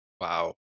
Wow